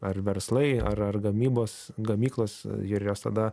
ar verslai ar ar gamybos gamyklos ir jos tada